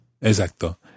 Exacto